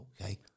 Okay